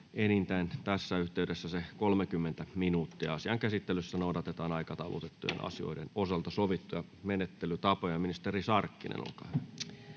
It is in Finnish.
varataan tässä yhteydessä enintään 30 minuuttia. Asian käsittelyssä noudatetaan aikataulutettujen asioiden osalta sovittuja menettelytapoja. — Ministeri Sarkkinen, olkaa hyvä.